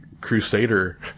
crusader